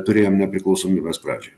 turėjom nepriklausomybės pradžioj